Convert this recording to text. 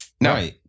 No